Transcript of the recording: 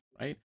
right